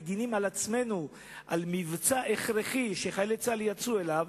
מגינים על עצמנו במבצע הכרחי שחיילי צה"ל יצאו אליו,